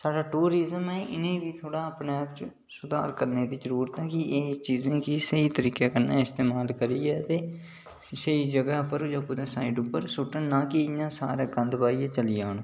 साढ़े टूरिजम ऐ इ'नें बी थोह्ड़ा अपने आप च सुधार करने दी जरूरत है कि एह् चीजें गी स्हेई तरीके कन्नै इस्तेमाल करियै ते स्हेई जगह् जां कुतै साइड उप्पर सु'ट्टन नेईं के इ'यां गंद पाइयै चली जान